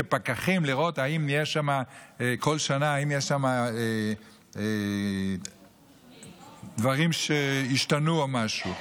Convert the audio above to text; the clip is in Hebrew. כפקחים כל שנה כדי לראות אם יש שם דברים שהשתנו או משהו.